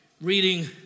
reading